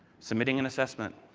submitting an assessment,